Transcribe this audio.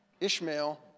Ishmael